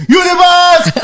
universe